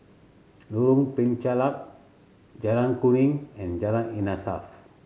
Lorong Penchalak Jalan Kuning and Jalan Insaf